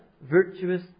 virtuous